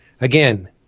Again